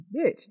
Bitch